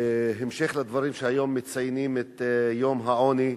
בהמשך לדברים שהיום מציינים את יום העוני,